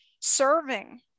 serving